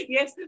Yes